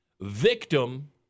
Victim